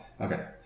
Okay